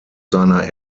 seiner